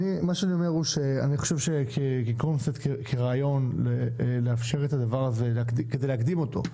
מה שאני אומר הוא שכעיקרון כרעיון לאפשר את הדבר הזה כדי להקדים אותו,